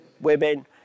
women